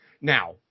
Now